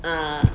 err